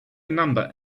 number